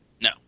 No